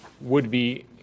would-be